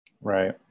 Right